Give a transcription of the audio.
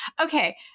Okay